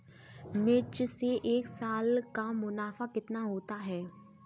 मिर्च से एक साल का मुनाफा कितना होता है?